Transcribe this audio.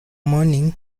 morning